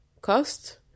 cost